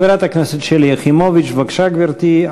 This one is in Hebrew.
חברת הכנסת שלי יחימוביץ, בבקשה, גברתי.